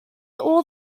all